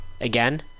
again